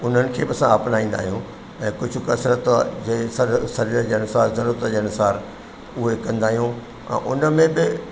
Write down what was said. उन्हनि खे बि असां अपनाईंदा आहियूं ऐ कुझु कुझु कसरत हुजे शरीर जे अनुसार ज़रूरत जे अनुसारु उहे कंदा आहियूं ऐं उन में बि